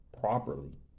properly